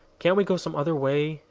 can't we go some other way?